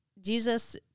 Jesus